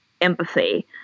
empathy